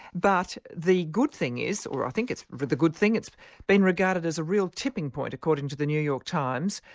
but the good thing is, or i think it's the good thing, it's been regarded as a real tipping point, according to the new york times,